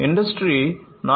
industry 4